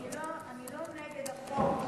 אני לא נגד החוק,